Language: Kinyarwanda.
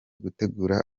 gutegura